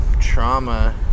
trauma